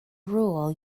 rule